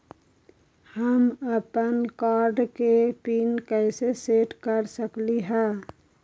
हम अपन कार्ड के पिन कैसे सेट कर सकली ह?